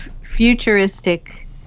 futuristic